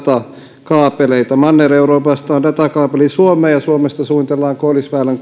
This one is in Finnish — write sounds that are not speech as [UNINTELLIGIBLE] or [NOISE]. datakaapeleita manner euroopasta on datakaapeli suomeen ja suomesta suunnitellaan koillisväylän [UNINTELLIGIBLE]